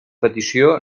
petició